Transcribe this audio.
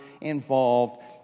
involved